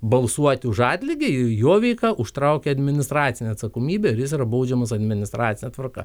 balsuoti už atlygį jo veika užtraukia administracinę atsakomybę ir jis yra baudžiamas administracine tvarka